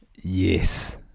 yes